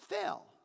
fell